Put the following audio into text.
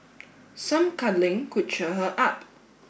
some cuddling could cheer her up